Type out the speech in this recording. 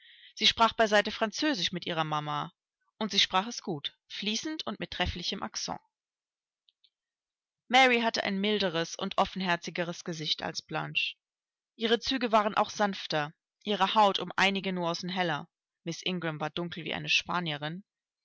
sie sprach beiseite französisch mit ihrer mama und sie sprach es gut fließend und mit trefflichem accent mary hatte ein milderes und offenherzigeres gesicht als blanche ihre züge waren auch sanfter ihre haut um einige nüancen heller miß ingram war dunkel wie eine spanierin